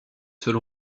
seule